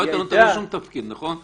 לא היית נותן לו שום תפקיד, נכון?